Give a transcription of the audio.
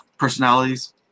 Personalities